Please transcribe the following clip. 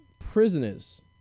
Prisoners